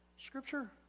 Scripture